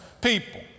people